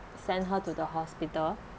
send her to the hospital